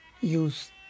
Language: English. use